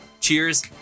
Cheers